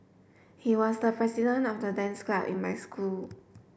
he was the president of the dance club in my school